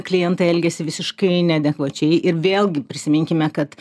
klientai elgiasi visiškai neadekvačiai ir vėlgi prisiminkime kad